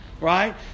right